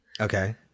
Okay